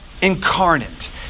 incarnate